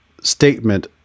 statement